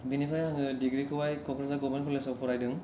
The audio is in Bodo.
बेनिफ्राय आङो डिग्रिखौहाय कक्राझार गभमेन्ट कलेजाव फरायदों